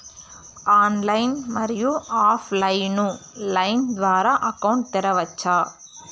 Online, మరియు offline line ద్వారా account తెరవచ్చా?